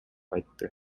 айтты